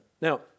Now